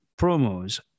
promos